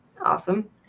awesome